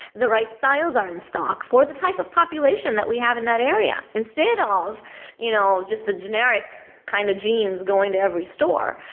the right styles are in stock for the type of population that we have in area? instead of you know just the generic kind of genes going to every store?